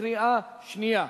בקריאה שנייה.